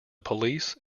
police